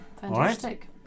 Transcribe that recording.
Fantastic